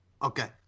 Okay